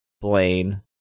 Blaine